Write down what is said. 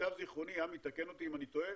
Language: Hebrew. למיטב זיכרוני, עמי, תקן אותי אם אני טועה,